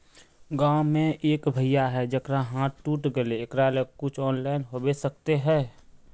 गाँव में एक भैया है जेकरा हाथ टूट गले एकरा ले कुछ ऑनलाइन होबे सकते है?